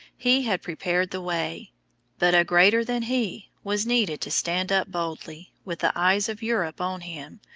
he had prepared the way but a greater than he was needed to stand up boldly, with the eyes of europe on him,